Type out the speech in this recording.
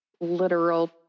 literal